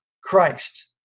Christ